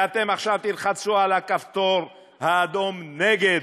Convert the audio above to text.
ואתם עכשיו תלחצו על הכפתור האדום, נגד,